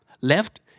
Left